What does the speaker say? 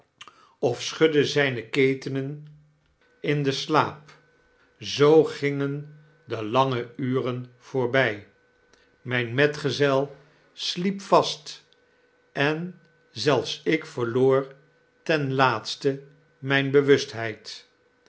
of schudde zjjne ketenen in den slaap zoo gingen de lange uren voorbg mjjn de ontvluchthntg metgezel sliep vast en zelfs ik verloor ten laatste mijne